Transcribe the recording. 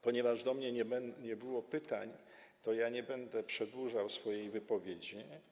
Ponieważ do mnie nie było pytań, to nie będę przedłużał swojej wypowiedzi.